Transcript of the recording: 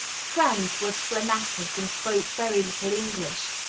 franz was phlegmatic, and spoke very little english.